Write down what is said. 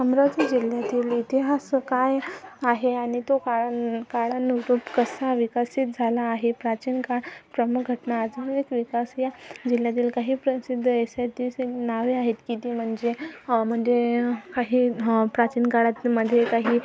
अमरावती जिल्ह्यातील इतिहास काय आहे आणि तो काळान काळानुरूप कसा विकसित झाला आहे प्राचीन काळ प्रमुख घटना आधुनिक विकास या जिल्ह्यातील काही प्रसिद्ध एसीतीसी नावे आहेत की ती म्हणजे म्हणजे काही ह प्राचीन काळातमध्ये काही